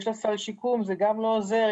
יש לה סל שיקום, זה גם לא עוזר.